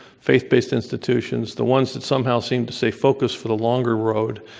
faith-based institutions, the ones that somehow seem to stay focused for the longer road,